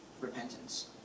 repentance